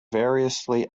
variously